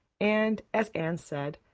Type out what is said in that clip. and, as anne said,